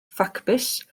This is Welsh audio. ffacbys